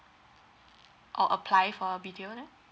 or apply for B_T_O then